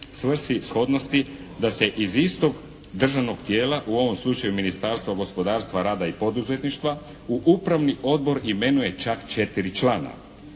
svrsi shodnosti da se iz istog državnog tijela u ovom slučaju Ministarstva gospodarstva, rada i poduzetništva, u upravni odbor imenuje čak 4 člana.